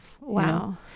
wow